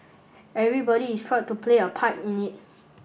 everybody is proud to play a part in it